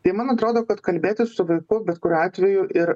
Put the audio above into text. tai man atrodo kad kalbėtis su vaiku bet kuriuo atveju ir